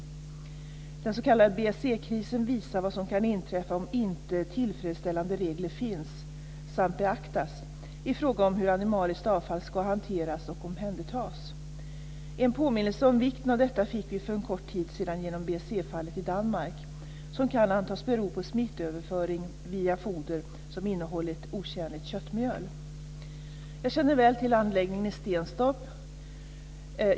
Den s.k. BSE-krisen visar vad som kan inträffa om inte tillfredsställande regler finns, samt beaktas, i fråga om hur animaliskt avfall ska hanteras och omhändertas. En påminnelse om vikten av detta fick vi för en kort tid sedan genom BSE-fallet i Danmark, som kan antas bero på smittöverföring via foder som innehållit otjänligt köttmjöl.